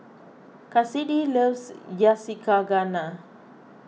Kassidy loves Yakizakana